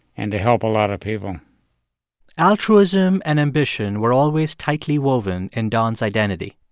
and to help a lot of people altruism and ambition were always tightly woven in don's identity.